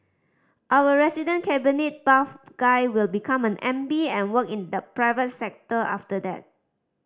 our resident cabinet buff guy will become an M B and work in the private sector after that